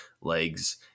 legs